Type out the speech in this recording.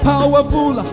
Powerful